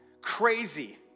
Crazy